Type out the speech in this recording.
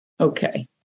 okay